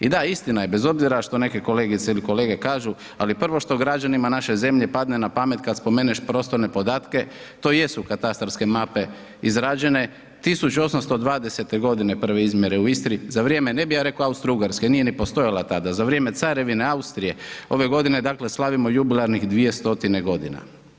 I da, istina je, bez obzira što neke kolegice i kolege kažu ali prvo što građanima naše zemlje padne na pamet kad spomeneš prostorne podatke to jesu katastarske mape izrađene 1820. godine prve izmjere u Istri za vrijeme, ne bih ja rekao Austro-Ugarske nije ni postojala tada, za vrijeme Carevine Austrije, ove godine dakle slavimo jubilarnih 200 godina.